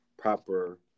Proper